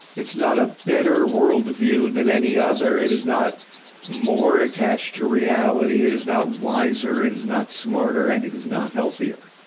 it's not a better world view than any other. it is not more attached to reality. reality. it is not wiser, it is not smarter, and it is not healthier.